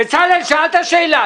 בצלאל, שאלת שאלה.